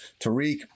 Tariq